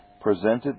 presented